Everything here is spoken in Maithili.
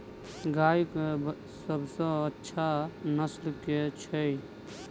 गाय केँ सबसँ अच्छा नस्ल केँ छैय?